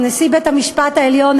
נשיא בית-המשפט העליון,